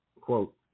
quote